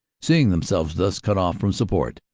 seeing themselves thus cut off from support,